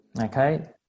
okay